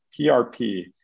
PRP